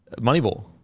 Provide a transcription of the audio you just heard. moneyball